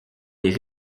les